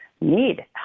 need